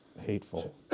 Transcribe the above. hateful